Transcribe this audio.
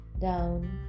down